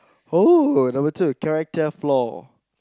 oh number two character flaw